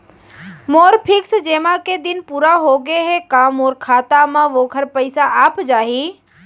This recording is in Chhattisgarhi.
मोर फिक्स जेमा के दिन पूरा होगे हे का मोर खाता म वोखर पइसा आप जाही?